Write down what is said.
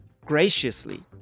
graciously